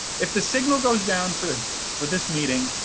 if the signal goes down for this for this meeting,